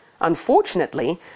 Unfortunately